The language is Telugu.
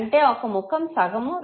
అంటే ఒక ముఖం సగము